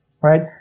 right